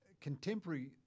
contemporary